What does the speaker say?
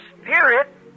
Spirit